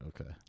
Okay